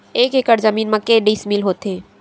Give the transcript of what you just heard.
एक एकड़ जमीन मा के डिसमिल होथे?